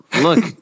look